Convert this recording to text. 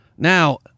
Now